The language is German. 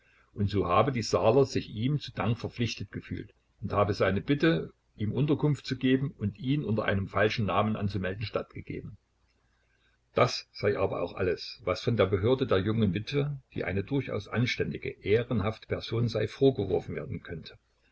und so habe die saaler sich ihm zu dank verpflichtet gefühlt und habe seiner bitte ihm unterkunft zu geben und ihn unter einem falschen namen anzumelden stattgegeben das sei aber auch alles was von der behörde der jungen witwe die eine durchaus anständige ehrenhafte person sei vorgeworfen werden könnte